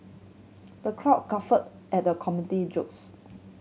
the crowd guffawed at the comedian jokes